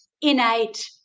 innate